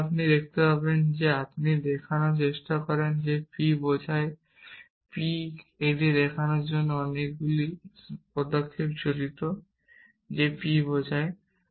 যেমন আপনি দেখতে পাবেন যে আপনি দেখানোর চেষ্টা করেন যে p বোঝায় p এটি দেখানোর জন্য অনেকগুলি পদক্ষেপ জড়িত যে p বোঝায়